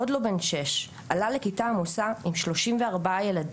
עוד לא בן שש, עלה לכיתה עמוסה עם 34 ילדים,